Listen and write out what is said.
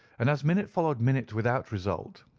and as minute followed minute without result,